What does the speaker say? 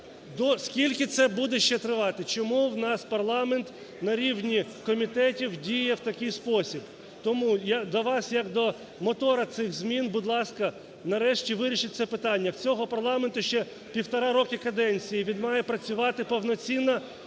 Скільки це буде ще тривати? Чому у нас парламент на рівні комітетів діє в таких спосіб? Тому до вас як до мотора цих змін, будь ласка, нарешті вирішіть це питання. У цього парламенту ще півтора роки каденції, і він має працювати повноцінно